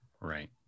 Right